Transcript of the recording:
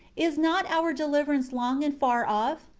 is not our deliverance long and far off,